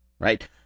right